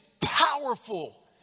powerful